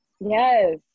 Yes